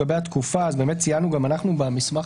לגבי התקופה ציינו גם אנחנו במסמך